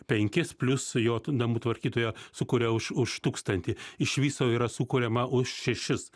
penkis plius jo t namų tvarkytoja sukuria už už tūkstantį iš viso yra sukuriama už šešis